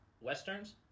westerns